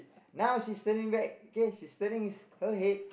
now she's turning back K she's turning his her head